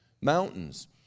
mountains